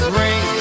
ring